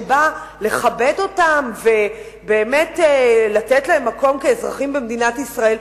שבא לכבד אותם ובאמת לתת להם מקום כאזרחים במדינת ישראל,